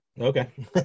Okay